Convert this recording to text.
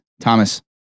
Thomas